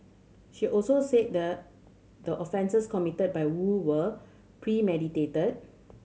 she also said the the offences committed by Woo were premeditated